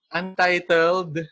untitled